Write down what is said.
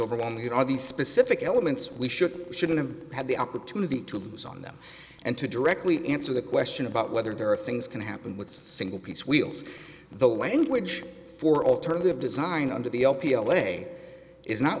overwhelming here are the specific elements we should shouldn't have had the opportunity to lose on them and to directly answer the question about whether there are things can happen with single piece wheels the language for alternative design under the lp away is not